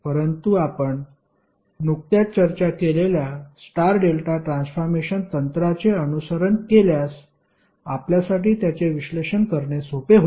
परंतु आपण नुकत्याच चर्चा केलेल्या स्टार डेल्टा ट्रान्सफॉर्मेशन तंत्राचे अनुसरण केल्यास आपल्यासाठी त्याचे विश्लेषण करणे सोपे होईल